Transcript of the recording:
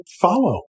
follow